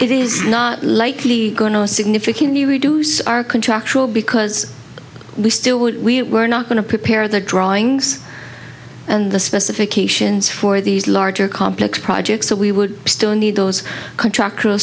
it is not likely going to significantly reduce our contractual because we still we were not going to prepare the drawings and the specifications for these larger complex projects so we would still need those contractual